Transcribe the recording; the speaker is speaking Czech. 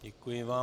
Děkuji vám.